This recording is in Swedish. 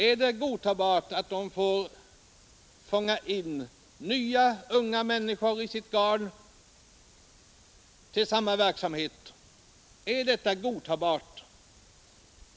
Är det godtagbart att man får fånga in i sina garn nya unga människor för denna verksamhet?